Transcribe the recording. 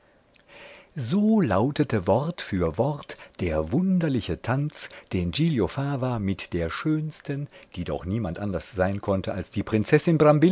so lautete wort für wort der wunderliche tanz den giglio fava mit der schönsten die doch niemand anders sein konnte als die prinzessin